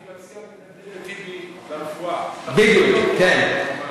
אני מציע שנחזיר את טיבי לרפואה --- בדיוק, כן.